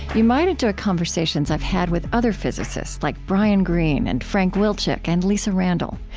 you might enjoy conversations i've had with other physicists like brian greene and frank wilczek and lisa randall.